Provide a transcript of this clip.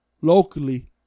locally